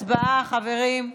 הצבעה, חברים.